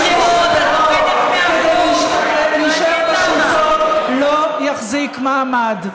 השימוש בטרור כדי להישאר בשלטון, לא יחזיק מעמד.